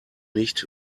nicht